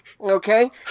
Okay